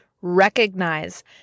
Recognize